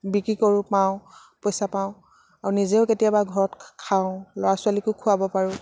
বিক্ৰী কৰো পাওঁ পইচা পাওঁ আৰু নিজেও কেতিয়াবা ঘৰত খাওঁ ল'ৰা ছোৱালীকো খুৱাব পাৰো